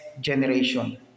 generation